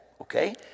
okay